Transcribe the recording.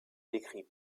décrit